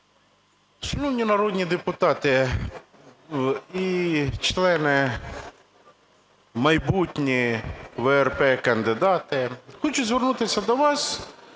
Шановні народні депутати і члени майбутні у ВРП, кандидати, хочу звернутися до вас